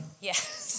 Yes